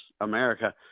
America